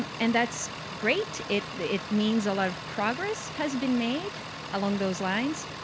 and and that's great. it it means a lot of progress has been made along those lines.